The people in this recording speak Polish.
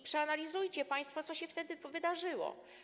Przeanalizujcie państwo, co się wtedy wydarzyło.